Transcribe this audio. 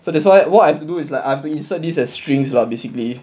so that's why what I have to do is like I have to insert this as strings lah basically